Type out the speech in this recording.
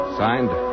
signed